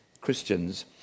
Christians